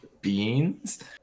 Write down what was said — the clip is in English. Beans